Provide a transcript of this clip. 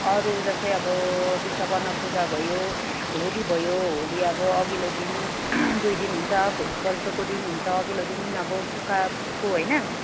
अरू जस्तै अब विश्वकर्मा पूजा भयो होली भयो होली अब अघिल्लो दिन दुई दिन हुछ भोलि पल्टको दिन हुन्छ अघिल्लो दिन अब सुक्खा फुको होइन